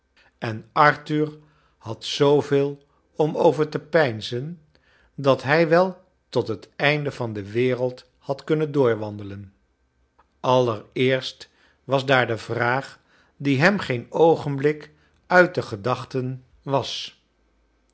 en arthur had zooveel om over te peinzen dat hij wel tot het einde van de wereld had kunnen door wande len allereerst was daar de vraag die hem geen oogenblik uit de gcdachten was